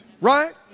right